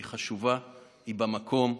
היא חשובה, היא במקום.